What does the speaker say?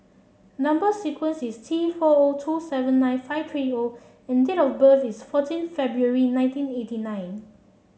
number sequence is T four O two seven nine five three O and date of birth is fourteen February nineteen eighty nine